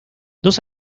dos